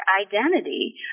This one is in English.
identity